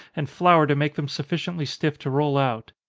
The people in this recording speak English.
and flour to make them sufficiently stiff to roll out.